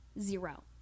Zero